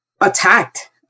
attacked